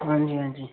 हां जी हां जी